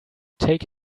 take